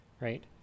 right